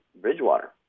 Bridgewater